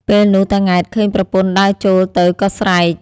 ពេលនោះតា ង៉ែត ឃើញប្រពន្ធដើរចូលទៅក៏ ស្រែក